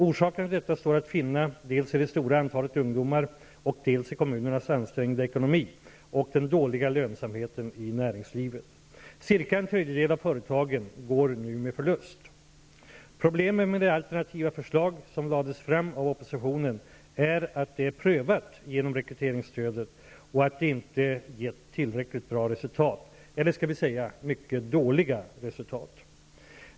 Orsakerna till detta står att finna dels i det stora antalet ungdomar, dels i kommunernas ansträngda ekonomi och den dåliga lönsamheten i näringslivet. Cirka en tredjedel av företagen går nu med förlust. Problemet med det alternativa förslag som lades fram av oppositionen är att det är prövat genom rekryteringsstödet och att det inte gett tillräckligt bra resultat -- eller kanske skall vi säga att det har gett ett mycket dåligt resultat.